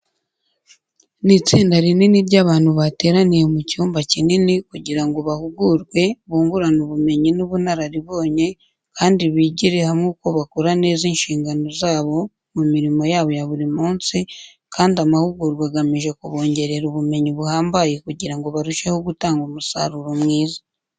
Ni itsinda rinini ry’abantu bateraniye mu cyumba kinini kugira ngo bahugurwe, bungurane ubumenyi n’ubunararibonye, kandi bigire hamwe uko bakora neza inshingano zabo mu mirimo yabo yaburi munsi kandi amahugurwa agamije kubongerera ubumenyi buhambaye kugirango barusheho gutanga umusaruro mwiza.